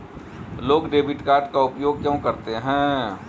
लोग debit card का उपयोग क्यों करते हैं?